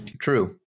True